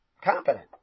competent